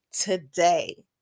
today